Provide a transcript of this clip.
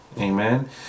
Amen